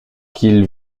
qu’il